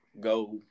go